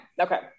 Okay